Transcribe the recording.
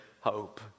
hope